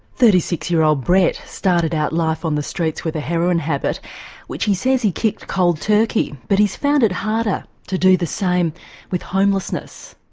thirty six year old brett started out life on the streets with a heroin habit which he says he kicked cold turkey, but he's found it harder to do the same with homelessness.